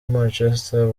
manchester